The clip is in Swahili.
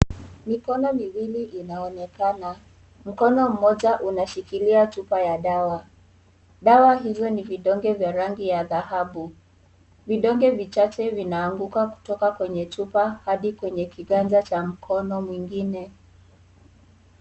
Mikono miwili inaonekana. Mkono mmoja unashikilia chupa ya dawa. Dawa hizo ni vidonge vya rangi ya dhahabu. Vidonge vichache vinaanguka kutoka kwenye chupa hadi kwenye kigannja cha mkono mwingine.